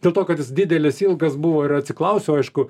dėl to kad jis didelis ilgas buvo ir atsiklausiau aišku